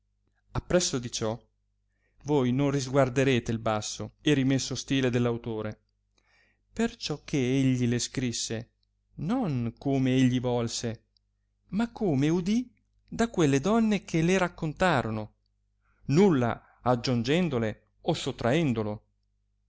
appresso di ciò voi non risguardarete il basso e rimesso stile dello autore perciò che egli le scrisse non come egli volse ma come udì da quelle donne che le raccontarono nulla aggiongendole o sottraendolo